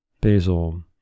Basil